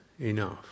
enough